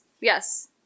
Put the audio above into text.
Yes